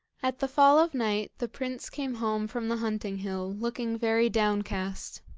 at the fall of night the prince came home from the hunting-hill, looking very downcast.